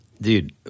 Dude